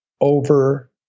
over